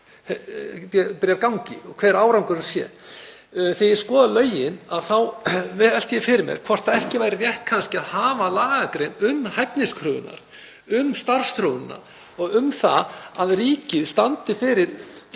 og hver árangurinn sé. Þegar ég skoða lögin þá velti ég því fyrir mér hvort ekki væri rétt að hafa lagagrein um hæfniskröfurnar, um starfsþróunina og um það að ríkið standi fyrir